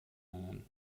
nennen